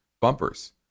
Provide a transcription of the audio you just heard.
bumpers